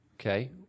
okay